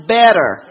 better